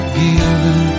given